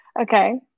Okay